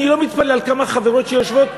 אני לא מתפלא על כמה חברות שיושבות,